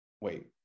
wait